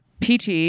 PT